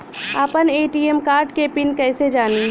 आपन ATM card के PIN कईसे जानी?